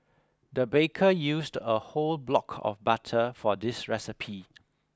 the baker used a whole block of butter for this recipe